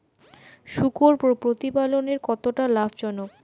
শূকর প্রতিপালনের কতটা লাভজনক?